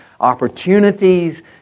opportunities